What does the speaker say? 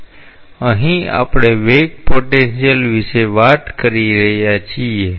તેથી અહીં આપણે વેગ પોટેન્શિયલ વિશે વાત કરી રહ્યા છીએ